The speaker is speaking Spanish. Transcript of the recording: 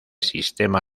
sistema